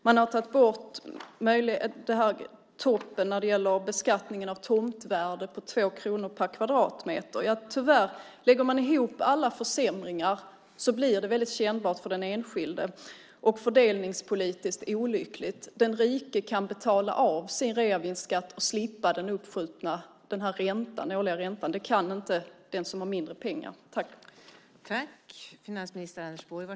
Man har också tagit bort toppen för beskattningen av tomtvärde på 2 kronor per kvadratmeter. Tyvärr blir det väldigt kännbart för den enskilde om man lägger ihop försämringarna. Det är också fördelningspolitiskt olyckligt. Den rike kan betala av sin reavinstskatt och slippa den uppskjutna årliga räntan. Det kan inte den som har mindre pengar.